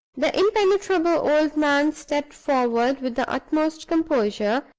the impenetrable old man stepped forward, with the utmost composure,